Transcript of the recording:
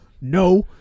No